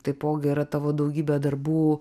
taipogi yra tavo daugybė darbų